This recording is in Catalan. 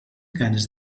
ganes